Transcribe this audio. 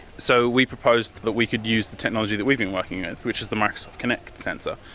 so we proposed that we could use the technology that we've been working with, which is the microsoft kinect sensor,